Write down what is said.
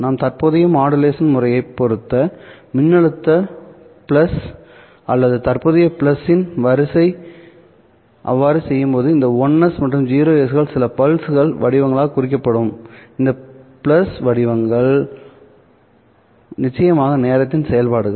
நாம் தற்போதைய மாடுலேஷன் முறையைப் பொறுத்து மின்னழுத்த பிளஸ் அல்லது தற்போதைய பிளஸின் வரிசை அவ்வாறு செய்யும்போது இந்த 1's மற்றும் 0's கள் சில பல்ஸ் வடிவங்களால் குறிக்கப்படும் இந்த பிளஸ் வடிவங்கள் நிச்சயமாக நேரத்தின் செயல்பாடுகள்